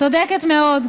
צודקת מאוד.